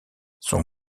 son